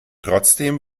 trotzdem